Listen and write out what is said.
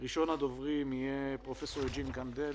ראשון הדוברים יהיה פרופ' יוג'ין קנדל,